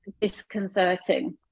disconcerting